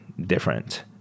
different